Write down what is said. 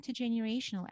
intergenerational